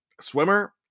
swimmer